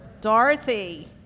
Dorothy